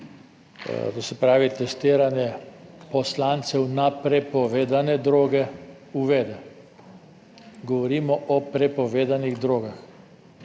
to se pravi, testiranje poslancev na prepovedane droge, uvede. Govorimo o prepovedanih drogah.